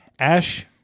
Ash